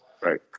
Right